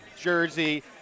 jersey